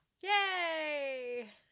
Yay